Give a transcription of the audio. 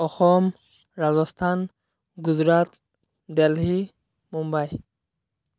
Assam Rajasthan Gujarat Delhi Mumbai